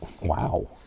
Wow